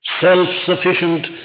self-sufficient